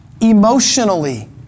emotionally